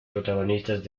protagonistas